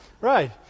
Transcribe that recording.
right